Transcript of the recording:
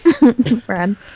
Brad